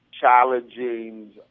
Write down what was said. challenging